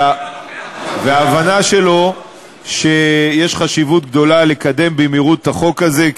ועל ההבנה שלו שיש חשיבות גדולה לקדם במהירות את החוק הזה,